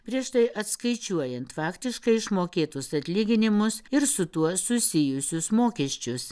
prieš tai atskaičiuojant faktiškai išmokėtus atlyginimus ir su tuo susijusius mokesčius